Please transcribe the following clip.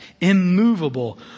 immovable